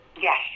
Yes